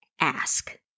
ask